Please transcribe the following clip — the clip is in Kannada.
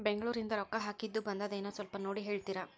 ಬೆಂಗ್ಳೂರಿಂದ ರೊಕ್ಕ ಹಾಕ್ಕಿದ್ದು ಬಂದದೇನೊ ಸ್ವಲ್ಪ ನೋಡಿ ಹೇಳ್ತೇರ?